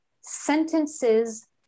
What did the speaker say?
sentences